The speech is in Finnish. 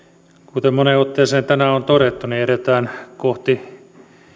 kuten moneen otteeseen tänään on todettu edetään kohti